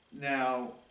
Now